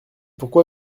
pourquoi